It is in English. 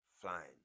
flying